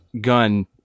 gun